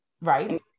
right